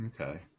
okay